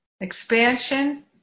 Expansion